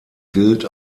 gilt